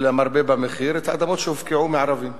למרבה במחיר את האדמות שהופקעו מערבים,